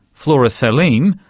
flora salim,